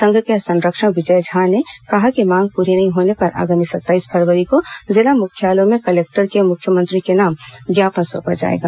संघ के सरंक्षक विजय झा ने कहा कि मांग पूरी नहीं होने पर आगामी सत्ताईस फरवरी को जिला मुख्यालयों में कलेक्टर को मुख्यमंत्री के नाम ज्ञापन सौंपा जाएगा